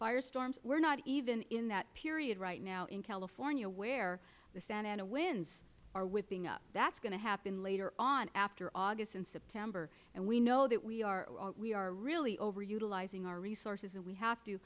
fire storms we are not even in that period right now in california where the santa ana winds are whipping up that is going to happen later on after august and september and we know that we are really overutilizing our resources and we have to